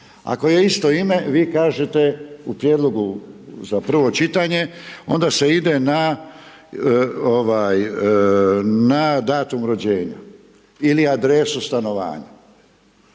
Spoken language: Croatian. Ako je isto ime vi kažete u prijedlogu za prvo čitanje onda se ide na datum rođenja ili adresu stanovanja.